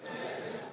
Hvala